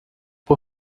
por